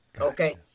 Okay